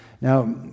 Now